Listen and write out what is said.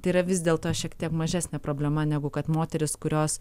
tai yra vis dėlto šiek tiek mažesnė problema negu kad moteris kurios